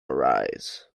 arise